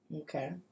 Okay